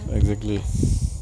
like regulars